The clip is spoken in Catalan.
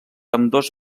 ambdós